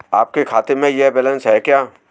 आपके खाते में यह बैलेंस है क्या?